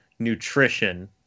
nutrition